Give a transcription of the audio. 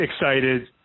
excited